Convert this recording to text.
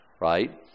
right